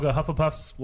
Hufflepuff's